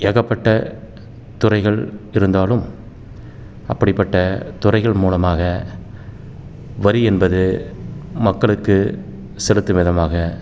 ஏகப்பட்ட துறைகள் இருந்தாலும் அப்படிப்பட்ட துறைகள் மூலமாக வரி என்பது மக்களுக்கு செலுத்தும்விதமாக